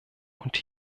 und